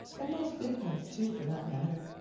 and most big ones too, for that matter.